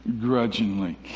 grudgingly